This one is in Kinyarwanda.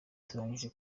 turangije